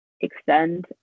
extend